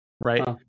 right